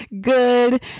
good